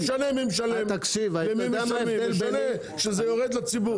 מה זה משנה למי משלמים, זה משנה שזה יורד לציבור.